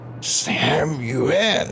Samuel